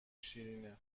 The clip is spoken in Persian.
شیرینه